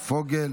טרומית,